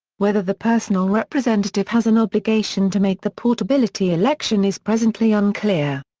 whether the personal representative has an obligation to make the portability election is presently unclear.